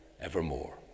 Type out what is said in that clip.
evermore